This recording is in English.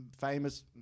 Famous